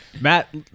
Matt